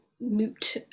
moot